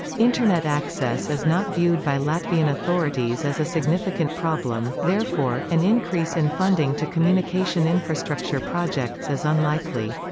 internet access is not viewed by latvian authorities as a significant problem therefore, an increase in funding to communication infrastructure projects is unlikely.